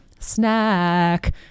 snack